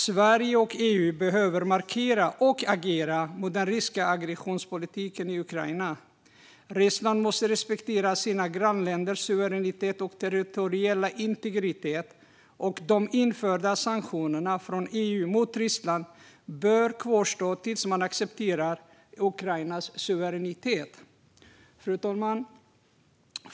Sverige och EU behöver markera och agera mot den ryska aggressionspolitiken i Ukraina. Ryssland måste respektera sina grannländers suveränitet och territoriella integritet. De införda sanktionerna från EU mot Ryssland bör kvarstå tills man accepterar Ukrainas suveränitet. Fru talman!